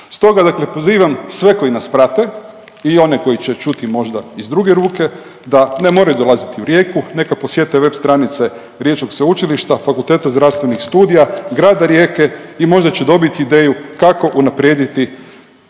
Stoga dakle pozivam sve koji nas prate i one koji će čuti možda iz druge ruke da ne moraju dolaziti u Rijeku, neka posjete web stranice riječkog sveučilišta, Fakulteta zdravstvenih studija, grada Rijeke i možda će dobiti ideju kako unaprijediti